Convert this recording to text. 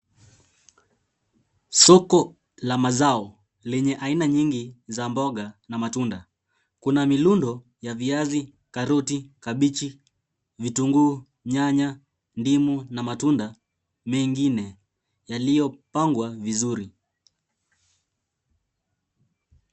Soko la mazao lenye aina nyingi za mboga na matunda, kuna mirundo ya viazi, karoti, kabeji, vitunguu nyanya, ndimu na matunda mengine yaliyopangwa vizuri.